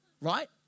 Right